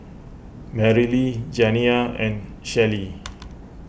Marilee Janiyah and Shellie